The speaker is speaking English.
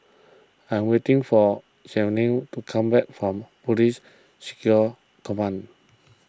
I am waiting for Jaylene to come back from Police Security Command